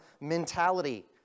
mentality